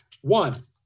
one